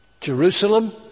Jerusalem